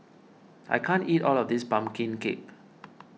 I can't eat all of this Pumpkin Cake